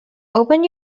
open